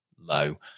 low